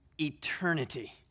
eternity